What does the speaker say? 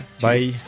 Bye